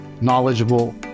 knowledgeable